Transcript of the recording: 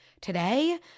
today –